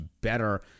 better